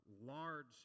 large